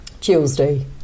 Tuesday